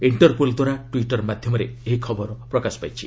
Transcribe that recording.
ଇକ୍ଷରପୋଲ୍ଦ୍ୱାରା Twitter ମାଧ୍ୟମରେ ଏହି ଖବର ପ୍ରକାଶ ପାଇଛି